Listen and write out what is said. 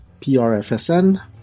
PRFSN